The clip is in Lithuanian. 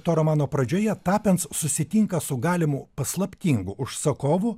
to romano pradžioje tapens susitinka su galimu paslaptingu užsakovu